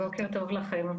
בוקר טוב לכם,